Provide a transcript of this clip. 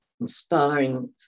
inspiring